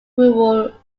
rural